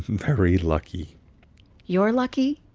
very lucky you are lucky,